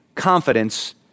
confidence